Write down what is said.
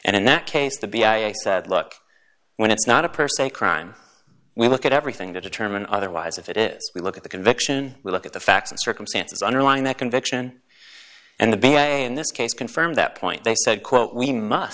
and in that case the b i said look when it's not a per se crime we look at everything to determine otherwise if it is we look at the conviction we look at the facts and circumstances underlying that conviction and the big way in this case confirms that point they said quote we must